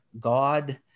God